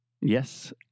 Yes